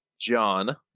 John